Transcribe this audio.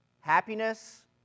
Happiness